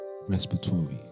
respiratory